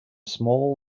small